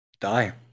Die